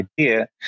idea